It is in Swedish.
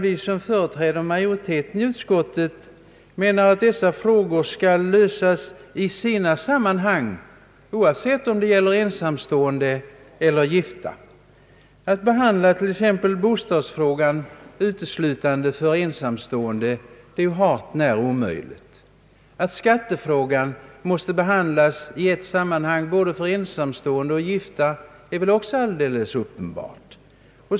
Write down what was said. Vi som företräder majoriteten i utskottet menar, att dessa frågor skall lösas i sina sammanhang oavsett om det gäller. ensamstående eller gifta. Att behandla t.ex. bostadsfrågan uteslutande för ensamstående är hart när omöjligt. Att skattefrågan måste behandlas i ett sammanhang för både ensamstående och gifta är väl också uppenbart.